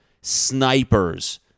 snipers